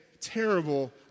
terrible